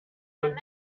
man